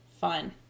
fun